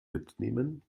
mitnehmen